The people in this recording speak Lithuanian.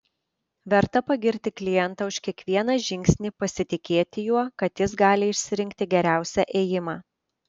verta pagirti klientą už kiekvieną žingsnį pasitikėti juo kad jis gali išsirinkti geriausią ėjimą